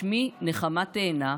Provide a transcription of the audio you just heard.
שמי נחמה תאנה,